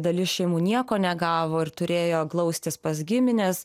dalis šeimų nieko negavo ir turėjo glaustis pas gimines